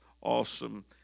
awesome